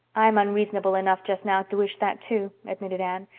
i'm unreasonable enough just now to wish that, too, admitted anne.